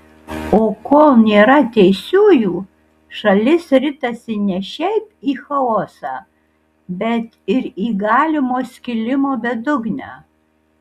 o kol nėra teisiųjų šalis ritasi ne šiaip į chaosą bet ir į galimo skilimo bedugnę